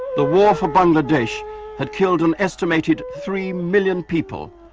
the war for bangladesh had killed an estimated three million people,